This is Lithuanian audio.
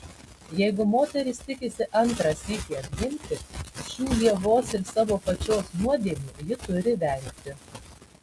jeigu moteris tikisi antrą sykį atgimti šių ievos ir savo pačios nuodėmių ji turi vengti